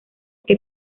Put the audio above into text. que